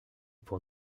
pour